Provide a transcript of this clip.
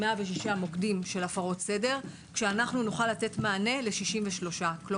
106 מוקדים של הפרות סדר שמתוכן אנחנו נוכל לתת מענה ל-63 בלבד.